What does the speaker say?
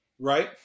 right